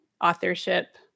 authorship